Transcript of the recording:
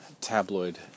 tabloid